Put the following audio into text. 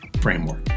framework